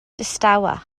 distawa